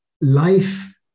life